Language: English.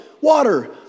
water